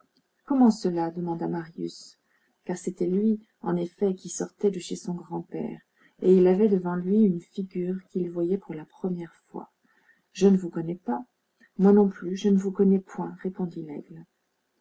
comment cela demanda marius car c'était lui en effet qui sortait de chez son grand-père et il avait devant lui une figure qu'il voyait pour la première fois je ne vous connais pas moi non plus je ne vous connais point répondit laigle